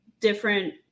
different